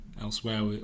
elsewhere